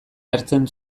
hartzen